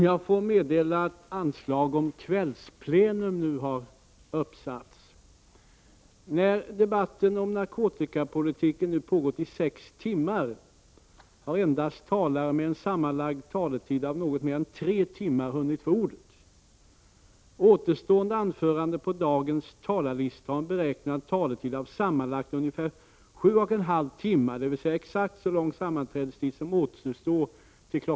Jag får meddela att anslag om kvällsplenum nu har uppsatts. När debatten om narkotikapolitiken nu pågått i sex timmar har endast talare med en anmäld sammanlagd taletid av något mer än tre timmar hunnit få ordet. Återstående anföranden på dagens talarlista har en beräknad taletid av sammanlagt ungefär sju och en halv timme, dvs. exakt så lång sammanträdestid som återstår till kl.